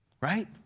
Right